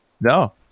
No